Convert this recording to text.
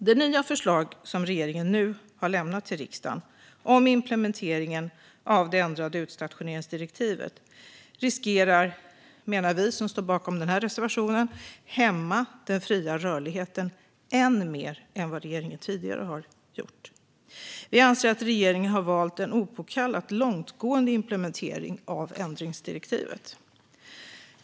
Det nya förslag som regeringen nu har lämnat till riksdagen om implementeringen av det ändrade utstationeringsdirektivet riskerar, menar vi som står bakom denna reservation, att hämma den fria rörligheten än mer än vad regeringen tidigare har gjort. Vi anser att regeringen har valt en opåkallat långtgående implementering av ändringsdirektivet.